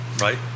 Right